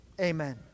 Amen